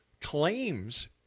claims